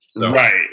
Right